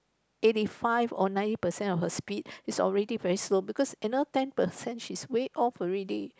eighty five or ninety percent of her speed is already very slow because you know ten percent she is way off already